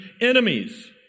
enemies